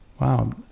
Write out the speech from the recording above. wow